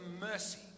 mercy